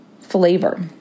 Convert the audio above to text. flavor